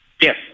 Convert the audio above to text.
Yes